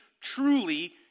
truly